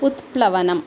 उत्प्लवनम्